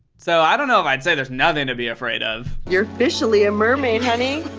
so i don't know if i'd say there's nothing to be afraid of. you're officially a mermaid, honey!